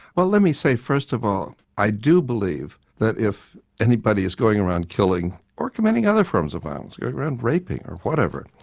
well let me say first of all i do believe that if anybody is going around killing or committing other forms of violence, going around raping or whatever,